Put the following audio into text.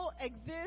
exist